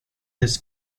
this